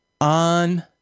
On